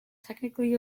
technically